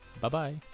bye-bye